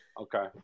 Okay